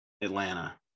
Atlanta